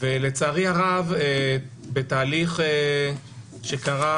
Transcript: ולצערי הרב בתהליך שקרה,